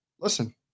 listen